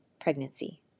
pregnancy